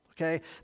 okay